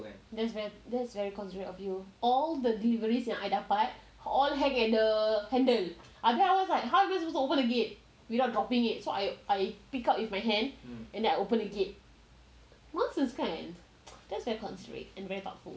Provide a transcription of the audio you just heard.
that's very considerate of you all the deliveries yang I dapat all hang at the handle ah then I was like how am I suppose to open the gate without dropping it so I I pick up with my hand and then I open the gate nonsense kan that's very considerate and very thoughtful